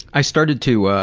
i started to, ah,